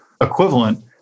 equivalent